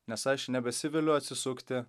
nes aš nebesiviliu atsisukti